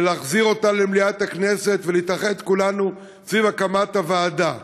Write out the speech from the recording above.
להחזיר אותה למליאת הכנסת ולהתאחד כולנו סביב הקמת הוועדה,